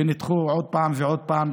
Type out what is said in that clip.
שנדחו עוד פעם ועוד פעם,